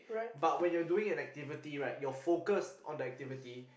but when you're doing an activity right your focus on that activity